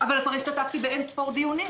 אבל כבר השתתפתי באין-ספור דיונים,